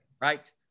Right